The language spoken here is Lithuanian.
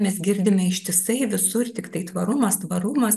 mes girdime ištisai visur tiktai tvarumas tvarumas